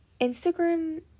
Instagram